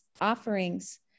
offerings